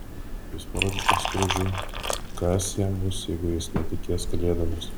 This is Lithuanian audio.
jūs parodote skrudžui kas jam bus jeigu jis netikės kalėdomis